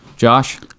Josh